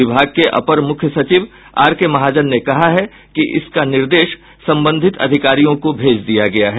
विभाग के अपर मुख्य सचिव आर के महाजन ने कहा है कि इसका निर्देश संबंधित अधिकारियों को भेज दिया गया है